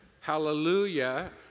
hallelujah